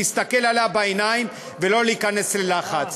להסתכל לה בעיניים ולא להיכנס ללחץ.